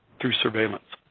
through surveillance.